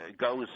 goes